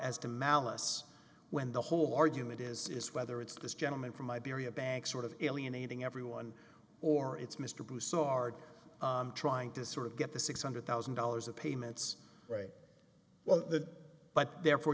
as to malice when the whole argument is whether it's this gentleman from iberia bank sort of alienating everyone or it's mr broussard trying to sort of get the six hundred thousand dollars of payments right well that but therefore